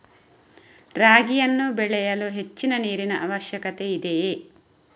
ರಾಗಿಯನ್ನು ಬೆಳೆಯಲು ಹೆಚ್ಚಿನ ನೀರಿನ ಅವಶ್ಯಕತೆ ಇದೆಯೇ?